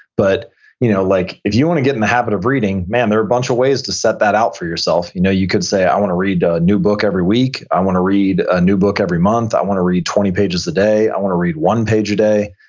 but you know like if you want to get in the habit of reading, there are a bunch of ways to set that out for yourself. you know you could say i want to read a new book every week. i want to read a new book every month. i want to read twenty pages a day. i want to read one page a day.